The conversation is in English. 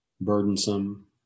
burdensome